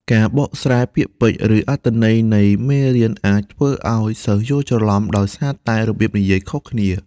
ការបកស្រាយពាក្យពេចន៍ ឬអត្ថន័យនៃមេរៀនអាចធ្វើឱ្យសិស្សយល់ច្រឡំដោយសារតែរបៀបនិយាយខុសគ្នា។